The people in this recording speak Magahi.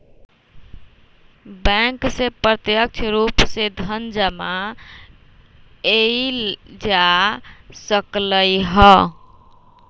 बैंक से प्रत्यक्ष रूप से धन जमा एइल जा सकलई ह